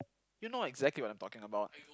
you know exactly what I'm talking about